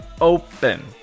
Open